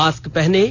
mask पहनें